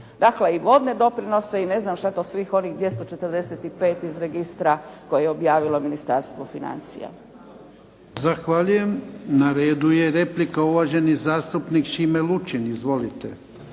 Dakle, i godine doprinosa i ne znam šta to svih onih 245 iz registra koje je objavilo Ministarstvo financija. **Jarnjak, Ivan (HDZ)** Zahvaljujem. Na redu je replika, uvaženi zastupnik Šime Lučin. Izvolite.